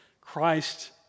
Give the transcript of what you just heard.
Christ